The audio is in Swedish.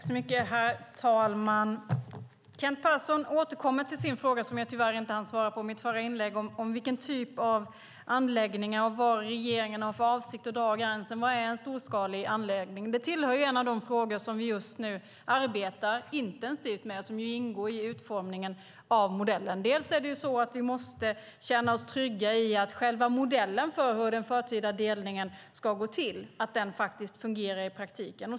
Herr talman! Kent Persson återkom till den fråga jag tyvärr inte hann svara på i mitt förra inlägg, nämligen om var regeringen avser att dra gränsen för dessa anläggningar. Vad är en storskalig anläggning? Det är en av de frågor vi just nu arbetar intensivt med och som ingår i utformningen av modellen. Vi måste bland annat känna oss trygga i att själva modellen för hur den förtida delningen ska gå till fungerar i praktiken.